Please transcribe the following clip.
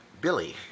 Billy